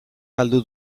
galdu